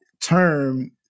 term